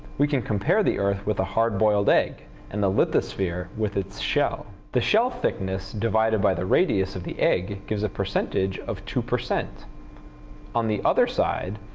we can compare the earth with a hard boiled egg and the lithosphere with its shell. the shell thickness divided by the radius of the egg gives a percentage of two. on the other side,